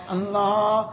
Allah